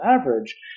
average